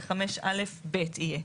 זה 5א(ב) יהיה.